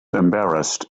embarrassed